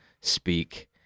speak